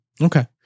Okay